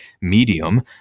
medium